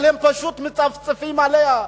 אבל הם פשוט מצפצפים עליה,